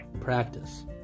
practice